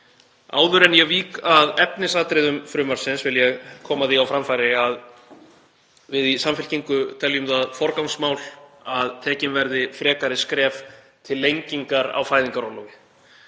Áður en ég vík að efnisatriðum frumvarpsins vil ég koma því á framfæri að við í Samfylkingunni teljum það forgangsmál að stigin verði frekari skref til lengingar á fæðingarorlofi.